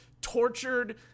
tortured